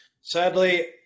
Sadly